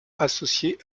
associé